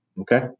Okay